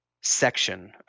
section